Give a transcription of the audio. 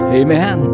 amen